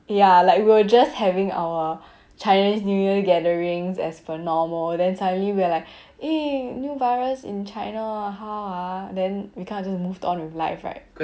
ya like we were just having our chinese new year gatherings as per normal then suddenly we're like eh new virus in china how ah then we kind of just moved on with life right